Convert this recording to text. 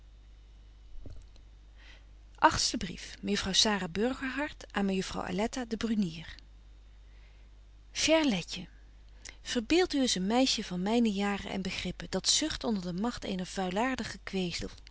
mejuffrouw sara burgerhart aan mejuffrouw aletta de brunier chere letje verbeeld u eens een meisje van myne jaren en begrippen dat zucht onder de magt eener vuilaartige